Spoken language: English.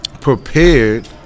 prepared